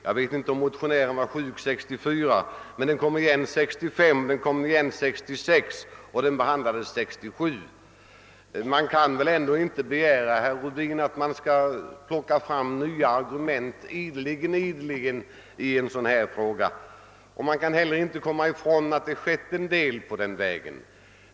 Jag vet inte om motionären var sjuk 1964, men motionerna kom igen 1965, 1966 och behandlades 1967. Man kan väl ändå inte begära, herr Rubin, att man ideligen skall kunna plocka fram nya argument i en sådan här fråga. Man kan heller inte komma ifrån att det har skett en hel del på området.